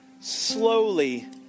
slowly